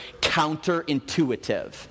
counterintuitive